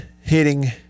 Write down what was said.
hitting